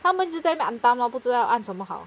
他们就在那边咯不知道按什么好